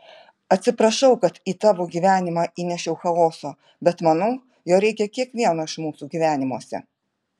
atsiprašau kad į tavo gyvenimą įnešiau chaoso bet manau jo reikia kiekvieno iš mūsų gyvenimuose